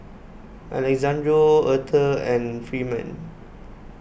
Alexandro Aurthur and Freeman